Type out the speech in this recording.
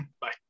Bye